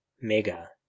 mega